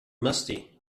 musty